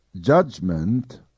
judgment